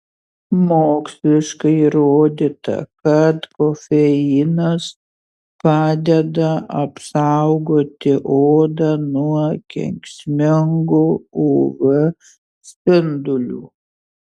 moksliškai įrodyta kad kofeinas padeda apsaugoti odą nuo kenksmingų uv spindulių